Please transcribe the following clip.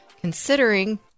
considering